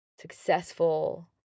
successful